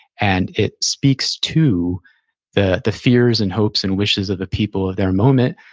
and it speaks to the the fears and hopes and wishes of the people of their moment,